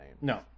no